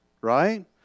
right